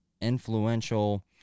influential